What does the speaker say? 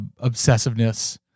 obsessiveness